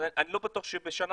אבל לא חייבים את ה-5 ג'י בשביל